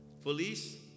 Feliz